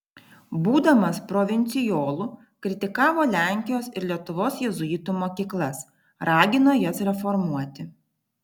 būdamas provincijolu kritikavo lenkijos ir lietuvos jėzuitų mokyklas ragino jas reformuoti